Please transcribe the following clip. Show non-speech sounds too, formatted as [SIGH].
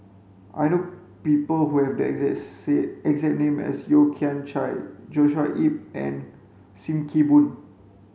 I know people who have the [UNINTELLIGIBLE] exact name as Yeo Kian Chai Joshua Ip and Sim Kee Boon